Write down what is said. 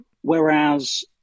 Whereas